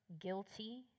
guilty